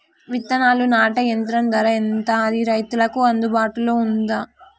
విత్తనాలు నాటే యంత్రం ధర ఎంత అది రైతులకు అందుబాటులో ఉందా?